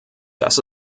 das